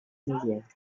mézières